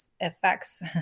affects